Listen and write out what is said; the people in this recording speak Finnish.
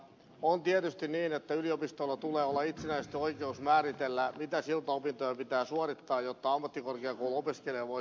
on tietysti niin että yliopistoilla tulee olla itsenäisesti oikeus määritellä mitä siltaopintoja pitää suorittaa jotta ammattikorkeakouluopiskelija voi siellä jatkaa